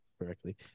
Correctly